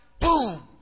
boom